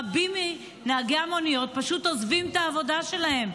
רבים מנהגי המוניות פשוט עוזבים את העבודה שלהם,